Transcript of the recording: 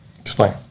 Explain